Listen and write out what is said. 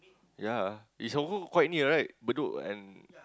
ya it's confirm quite near right bedok and